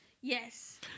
Yes